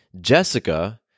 Jessica